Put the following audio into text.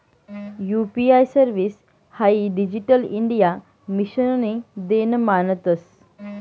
UPI service हाई digital India मिशननी देन मानतंस